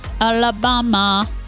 alabama